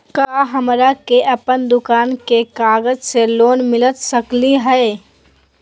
का हमरा के अपन दुकान के कागज से लोन मिलता सकली हई?